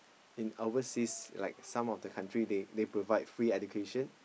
in overseas like some of the country they they provide free education